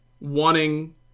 wanting